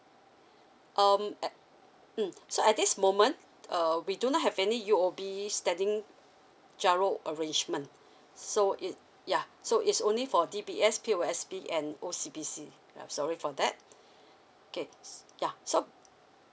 um mm so at this moment uh we do not have any U_O_B standing giro arrangement so it ya so is only for D_B_S P_O_S_B and O_C_B_C I'm sorry for that K ya so